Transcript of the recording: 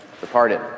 departed